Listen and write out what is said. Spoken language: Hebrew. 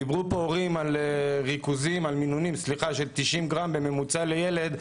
דיברו פה הורים על מינונים של 90 גרם בממוצע לילד,